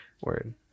word